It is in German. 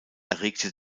erregte